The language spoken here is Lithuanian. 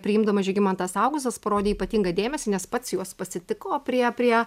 priimdamas žygimantas augustas parodė ypatingą dėmesį nes pats juos pasitiko prie prie